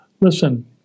listen